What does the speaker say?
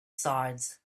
sides